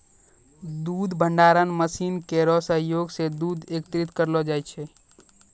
दूध भंडारण मसीन केरो सहयोग सें दूध एकत्रित करलो जाय छै